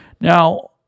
Now